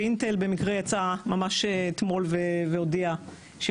ואינטל במקרה יצאה ממש אתמול והודיעה שהיא